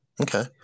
Okay